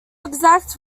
exact